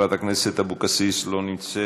חברת הכנסת אבקסיס, אינה נוכחת.